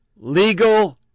Legal